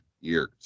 years